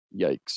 Yikes